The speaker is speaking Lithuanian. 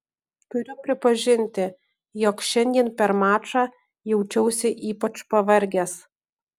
turiu pripažinti jog šiandien per mačą jaučiausi ypač pavargęs